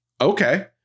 Okay